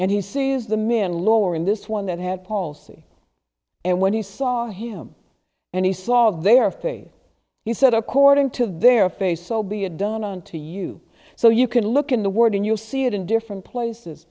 and he sees the men lower in this one that had palsy and when he saw him and he saw their face he said according to their face so be it done unto you so you can look in the word and you'll see it in different places